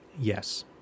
Yes